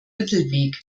mittelweg